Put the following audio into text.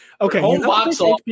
okay